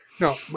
No